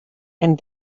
and